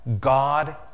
God